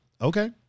okay